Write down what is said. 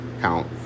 count